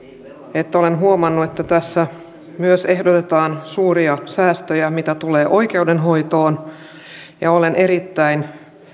että olen huomannut että tässä myös ehdotetaan suuria säästöjä mitä tulee oikeudenhoitoon ja olen erittäin